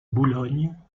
boulogne